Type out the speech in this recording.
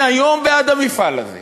אני היום בעד המפעל הזה.